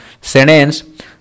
sentence